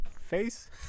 face